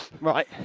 Right